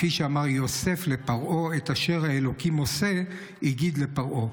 כפי שאמר יוסף לפרעה: את אשר ה' עושה הגיד לפרעה.